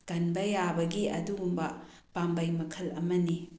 ꯀꯟꯕ ꯌꯥꯕꯒꯤ ꯑꯗꯨꯒꯨꯝꯕ ꯄꯥꯝꯕꯩ ꯃꯈꯜ ꯑꯃꯅꯤ